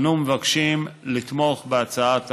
אנו מבקשים לתמוך בהצעת החוק.